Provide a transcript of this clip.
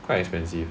quite expensive